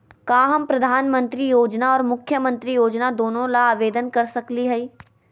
का हम प्रधानमंत्री योजना और मुख्यमंत्री योजना दोनों ला आवेदन कर सकली हई?